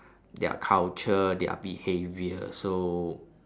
their culture their behaviour so